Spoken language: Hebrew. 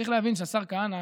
צריך להבין שהשר כהנא,